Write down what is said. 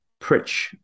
Pritch